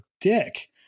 dick